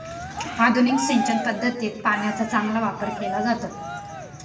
आधुनिक सिंचन पद्धतीत पाण्याचा चांगला वापर केला जातो